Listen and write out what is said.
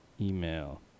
email